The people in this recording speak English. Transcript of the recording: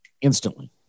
instantly